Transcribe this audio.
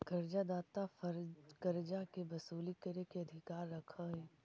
कर्जा दाता कर्जा के वसूली करे के अधिकार रखऽ हई